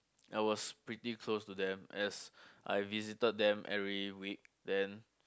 I was pretty close to them as I visited them every week then